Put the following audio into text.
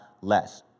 less